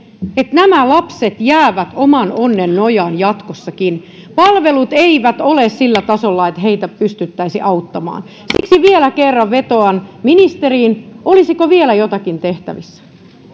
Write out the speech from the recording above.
että nämä lapset jäävät oman onnensa nojaan jatkossakin palvelut eivät ole sillä tasolla että heitä pystyttäisiin auttamaan siksi vielä kerran vetoan ministeriin olisiko vielä jotakin tehtävissä